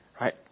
right